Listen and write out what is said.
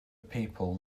people